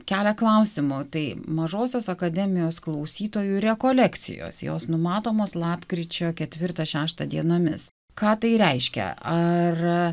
kelia klausimų tai mažosios akademijos klausytojų rekolekcijos jos numatomos lapkričio ketvirtą šeštą dienomis ką tai reiškia ar